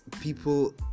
people